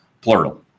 plural